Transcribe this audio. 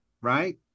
right